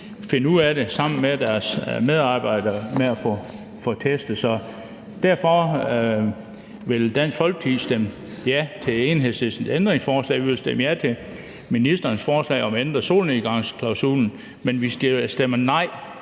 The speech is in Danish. finde ud af det sammen med deres medarbejdere, altså det her med at få testet. Derfor vil Dansk Folkeparti stemme ja til Enhedslistens ændringsforslag, og vi vil stemme ja til ministerens forslag om at ændre solnedgangsklausulen, men vi stemmer nej